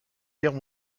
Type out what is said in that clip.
guerre